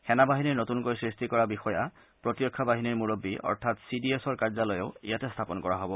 সেনা বাহিনীৰ নতনকৈ সৃষ্টি কৰা বিষয়া প্ৰতিৰক্ষা বাহিনীৰ মুৰববী অৰ্থাৎ চি ডি এছৰ কাৰ্যালয়ো ইয়াতে স্থাপন কৰা হ'ব